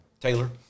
Taylor